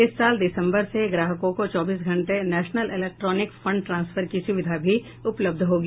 इस साल दिसम्बर से ग्राहकों को चौबीसों घंटे नेशनल इलेक्ट्रॉनिक फंड ट्रांसफर की सुविधा भी उपलब्ध होगी